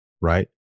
right